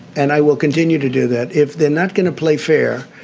and i will continue to do that. if they're not going to play fair,